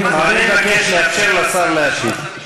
אני מבקש לאפשר לשר להשיב.